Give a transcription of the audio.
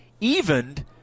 evened